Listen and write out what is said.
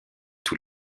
tous